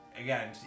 again